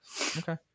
Okay